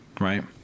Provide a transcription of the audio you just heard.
right